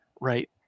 right